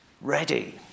ready